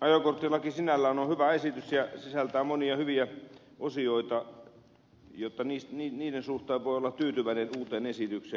ajokorttilaki sinällään on hyvä esitys ja sisältää monia hyviä osioita joten niiden suhteen voi olla tyytyväinen uuteen esitykseen